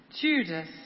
Judas